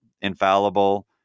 infallible